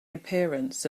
appearance